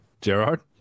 Gerard